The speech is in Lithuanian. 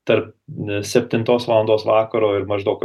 tarp ne septintos valandos vakaro ir maždaug